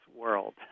world—